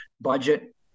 budget